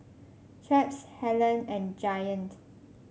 Chaps Helen and Giant